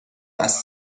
است